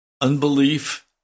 unbelief